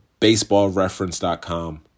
baseballreference.com